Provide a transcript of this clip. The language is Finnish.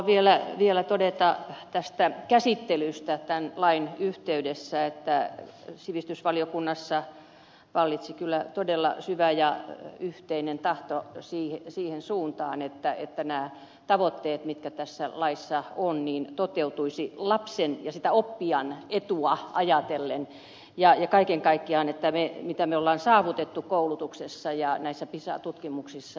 haluan vielä todeta tästä käsittelystä tämän lain yhteydessä että sivistysvaliokunnassa vallitsi kyllä todella syvä ja yhteinen tahto siihen suuntaan että nämä tavoitteet mitkä tässä laissa ovat toteutuisivat lapsen ja sitä oppijan etua ajatellen kaiken kaikkiaan ettemme sitä mitä me olemme saavuttaneet koulutuksessa ja näissä pisa tutkimuksissa